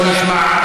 בוא נשמע,